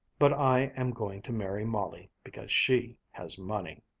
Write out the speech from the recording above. but i am going to marry molly because she has money.